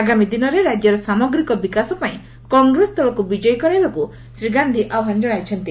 ଆଗାମୀ ଦିନରେ ରାକ୍ୟର ସାମଗ୍ରୀକ ବିକାଶ ପାଇଁ କଂଗ୍ରେସ ଦଳକୁ ବିଜୟୀ କରାଇବାକୁ ଶ୍ରୀ ଗାନ୍ଧି ଆହ୍ୱାନ ଜଣାଇଛନ୍ତି